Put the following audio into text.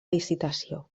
licitació